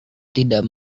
tidak